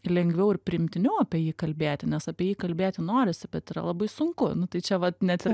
lengviau ir priimtiniau apie jį kalbėti nes apie jį kalbėti norisi bet yra labai sunku nu tai čia vat net ir